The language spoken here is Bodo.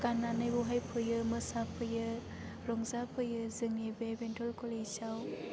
गाननानै बेवहाय फैयो मोसाफैयो रंजा फैयो जोंनि बे बेंथल कलेजाव